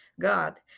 God